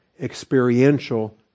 experiential